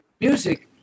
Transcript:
music